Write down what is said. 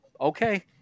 okay